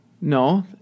No